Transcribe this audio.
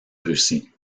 russie